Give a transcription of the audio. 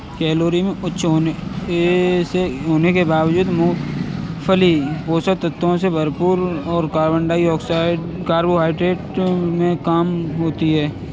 calorie में उच्च होने के बावजूद, मूंगफली पोषक तत्वों से भरपूर और कार्बोहाइड्रेट में कम होती है